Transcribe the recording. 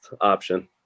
option